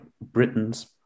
Britons